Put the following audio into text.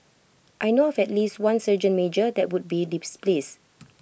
I know of at least one sergeant major that would be displeased